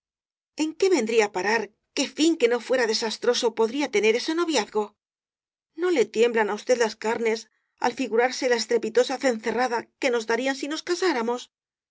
en qué vendría á parar qué fin que no fuera desastroso podría tener ese noviazgo no le tiemblan á usted las carnes al figurarse la estre pitosa cencerrada que nos darían si nos casáramos